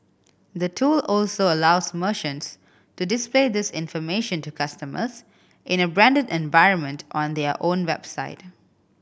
the tool also allows merchants to display this information to customers in a branded environment on their own website